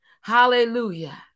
Hallelujah